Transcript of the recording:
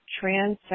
Trans